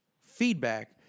feedback